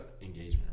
engagement